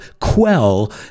quell